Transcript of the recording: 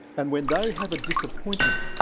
and when they have a disappointment,